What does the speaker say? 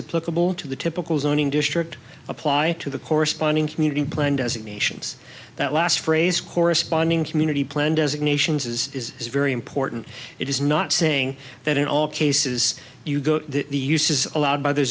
of the typical zoning district apply to the corresponding community plan designations that last phrase corresponding community plan designations is very important it is not saying that in all cases the use is allowed by the